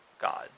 God